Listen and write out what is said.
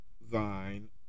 thine